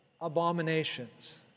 abominations